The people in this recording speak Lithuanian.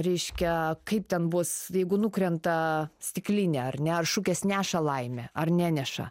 reiškia kaip ten bus jeigu nukrenta stiklinė ar ne ar šukės neša laimę ar neneša